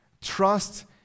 Trust